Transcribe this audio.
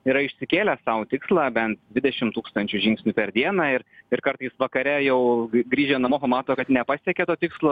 yra išsikėlę sau tikslą bent dvidešim tūkstančių žingsnių per dieną ir ir kartais vakare jau grįžę namo pamato kad nepasiekė to tikslo